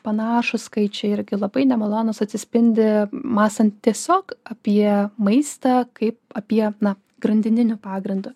panašūs skaičiai irgi labai nemalonūs atsispindi mąstant tiesiog apie maistą kaip apie na grandininiu pagrindu